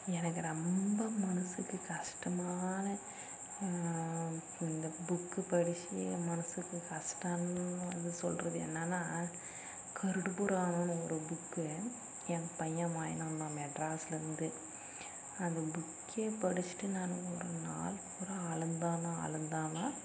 எனக்கு ரொம்ப மனதுக்கு கஷ்டமான இப்போ இந்த புக்கு படித்து என் மனதுக்கு கஷ்டன்னு வந்து சொல்கிறது என்னென்னா கருட புராணனு ஒரு புக்கு என் பையன் வாங்கின்னு வந்தான் மெட்ராஸ்லருந்து அந்த புக்கே படிச்சுட்டு நான் ஒருநாள் பூரா அழுந்தானா அழுந்தானா